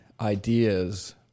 ideas